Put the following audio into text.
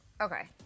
Okay